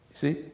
See